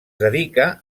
dedica